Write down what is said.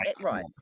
Right